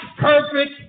perfect